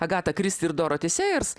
agatą kristi ir doroti sejers